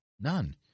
none